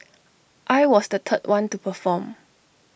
I was the third one to perform